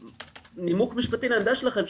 נימוק משפטי לעמדה שלכם,